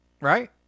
Right